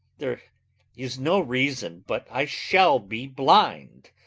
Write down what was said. there is no reason but i shall be blind.